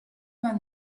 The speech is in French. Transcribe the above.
vingt